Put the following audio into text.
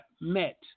met